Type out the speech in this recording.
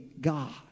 God